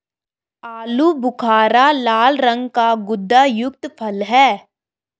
आलू बुखारा लाल रंग का गुदायुक्त फल है